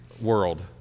world